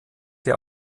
der